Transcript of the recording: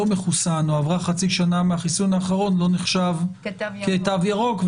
מחוסן או עברה חצי שנה מהחיסון האחרון לא נחשב כתו ירוק,